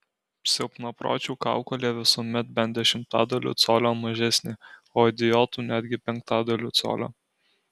silpnapročių kaukolė visuomet bent dešimtadaliu colio mažesnė o idiotų netgi penktadaliu colio